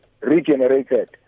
regenerated